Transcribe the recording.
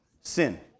Sin